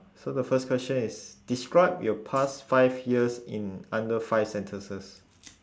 so the first question is describe your past five years in under five sentences